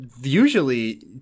usually